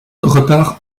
repart